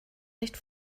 nicht